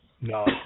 No